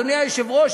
אדוני היושב-ראש,